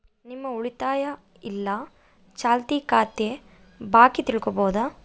ನಿಮ್ಮ ಉಳಿತಾಯ ಇಲ್ಲ ಚಾಲ್ತಿ ಖಾತೆ ಬಾಕಿ ತಿಳ್ಕಂಬದು